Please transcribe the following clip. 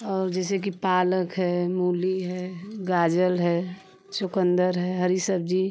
और जैसे कि पालक है मूली है गाजल है चुकंदर है हरी सब्जी